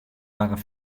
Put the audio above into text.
waren